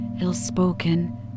ill-spoken